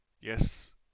yes